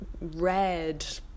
red